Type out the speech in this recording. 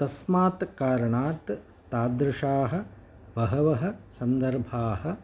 तस्मात् कारणात् तादृशाः बहवः सन्दर्भाः